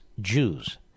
Jews